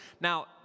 Now